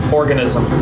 organism